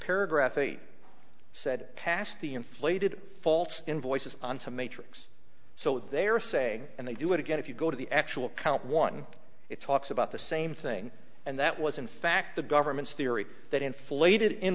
paragraph eight said pass the inflated faults invoices on to matrix so they are saying and they do it again if you go to the actual count one it talks about the same thing and that was in fact the government's theory that inflated in